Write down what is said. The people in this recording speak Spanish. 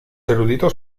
eruditos